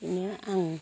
बेदिनो आं